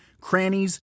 crannies